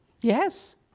Yes